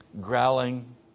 Growling